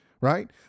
right